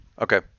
okay